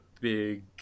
big